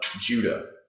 Judah